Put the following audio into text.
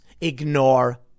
Ignore